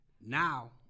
now